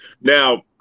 now